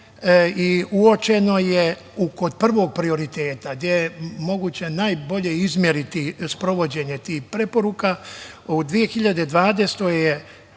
Uočeno je kod prvog prioriteta gde je moguće najbolje izmeriti sprovođenje tih prvih preporuka, u 2020.